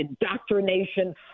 indoctrination